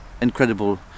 incredible